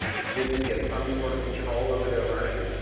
students get some sort of control over their learning,